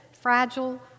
fragile